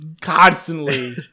Constantly